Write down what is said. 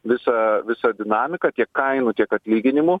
visą visą dinamiką tiek kainų tiek atlyginimų